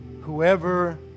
whoever